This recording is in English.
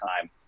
time